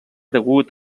degut